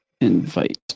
invite